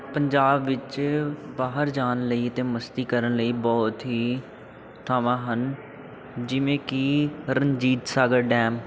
ਪੰਜਾਬ ਵਿੱਚ ਬਾਹਰ ਜਾਣ ਲਈ ਅਤੇ ਮਸਤੀ ਕਰਨ ਲਈ ਬਹੁਤ ਹੀ ਥਾਵਾਂ ਹਨ ਜਿਵੇਂ ਕਿ ਰਣਜੀਤ ਸਾਗਰ ਡੈਮ